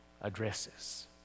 addresses